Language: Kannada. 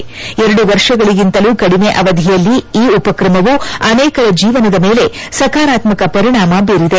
ಎರಡು ವರ್ಷಗಳಿಗಿಂತಲೂ ಕಡಿಮೆ ಅವಧಿಯಲ್ಲಿ ಈ ಉಪಕ್ರಮವು ಅನೇಕರ ಜೀವನದ ಮೇಲೆ ಸಕಾರಾತ್ಮಕ ಪರಿಣಾಮ ಬೀರಿದೆ